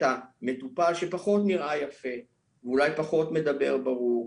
המטופל שפחות נראה יפה ואולי פחות מדבר ברור,